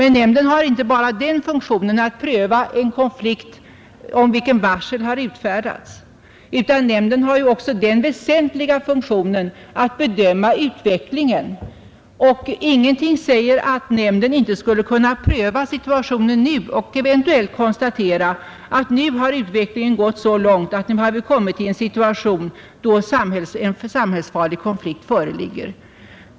Nämnderna har inte heller bara den funktionen att pröva en konflikt för vilken varsel har utfärdats, utan de har också den väsentliga funktionen att bedöma utvecklingen. Och ingenting säger att nämnderna inte skulle kunna pröva situationen nu och eventuellt konstatera att utvecklingen har gått så långt att vi hamnat i en situation då en samhällsfarlig konflikt föreligger.